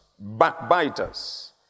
Backbiters